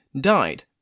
died